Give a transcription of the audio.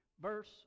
Verse